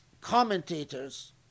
commentators